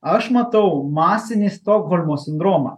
aš matau masinį stokholmo sindromą